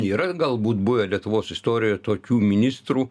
yra galbūt buvę lietuvos istorijoje tokių ministrų